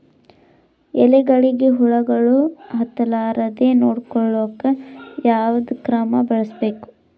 ಎಲೆಗಳಿಗ ಹುಳಾಗಳು ಹತಲಾರದೆ ನೊಡಕೊಳುಕ ಯಾವದ ಕ್ರಮ ಬಳಸಬೇಕು?